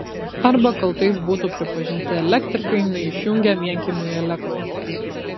arba kaltais būtų pripažinti elektrikai neišjungę vienkiemiui elektros